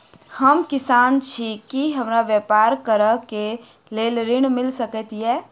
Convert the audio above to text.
हम किसान छी की हमरा ब्यपार करऽ केँ लेल ऋण मिल सकैत ये?